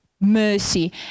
mercy